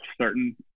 certain